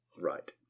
right